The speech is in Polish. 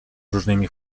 różnymi